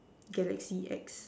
Galaxy X